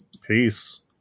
Peace